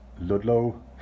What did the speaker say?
Ludlow